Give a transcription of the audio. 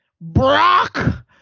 Brock